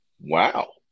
Wow